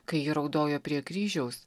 kai ji raudojo prie kryžiaus